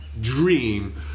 dream